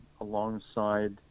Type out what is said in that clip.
alongside